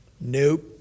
Nope